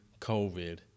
covid